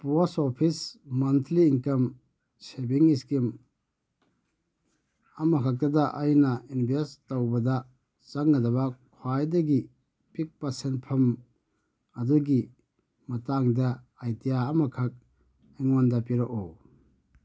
ꯄꯣꯁ office monthly income ꯁꯦꯕꯤꯡ scheme ꯑꯃ ꯍꯦꯛꯇꯗ ꯑꯩꯅ ꯎꯟꯕꯦꯁ ꯇꯧꯕꯗ ꯆꯪꯒꯗꯕ ꯈ꯭ꯋꯥꯏꯗꯒꯤ ꯄꯤꯛꯄ ꯁꯦꯟꯐꯝ ꯑꯗꯨꯒꯤ ꯃꯇꯥꯡꯗ ꯑꯥꯏꯗꯤꯌꯥ ꯑꯃꯈꯛ ꯑꯩꯉꯣꯟꯗ ꯄꯤꯔꯛꯎ